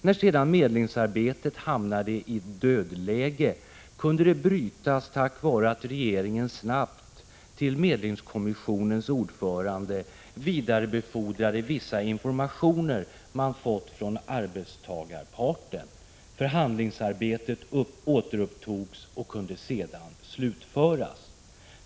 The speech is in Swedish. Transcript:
När sedan medlingsarbetet hamnade i ett dödläge kunde detta brytas tack vare att regeringen snabbt till medlingskommissionens ordförande vidarebefordrade vissa informationer som man hade fått från ras.